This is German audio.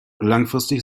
langfristig